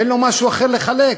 אין לו משהו אחר לחלק.